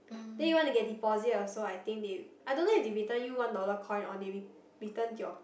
then you want to get deposit also I think they I don't know if they return you one dollar coin or they rep~ return to your